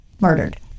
Murdered